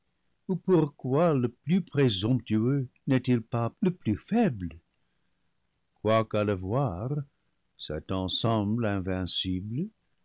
quoi le plus présomptueux n'est-il pas le plus faible quoique à le voir satan semble invincible